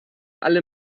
alle